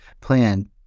plan